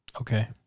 Okay